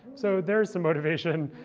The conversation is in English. so there is some motivation.